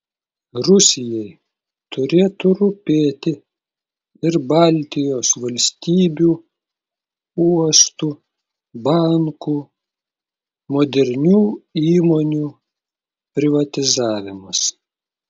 rusijai turėtų rūpėti ir baltijos valstybių uostų bankų modernių įmonių privatizavimas